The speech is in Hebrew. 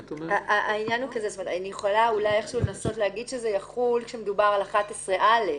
אני יכולה לנסות להגיד שזה יחול כשמדובר על 11(א),